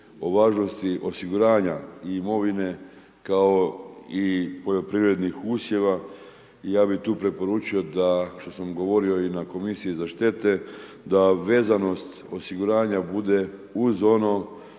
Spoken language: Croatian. o važnosti osiguranja i imovine kao i poljoprivrednih usjeva i ja bih tu preporučio da što sam govorio i na komisiji za štete, da vezanost osiguranja bude uz ono